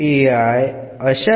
അത് എന്നാണ്